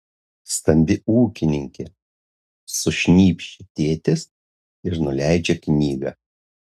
stambi ūkininkė sušnypščia tėtis ir nuleidžia knygą